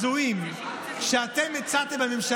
אתם נגד שדרות.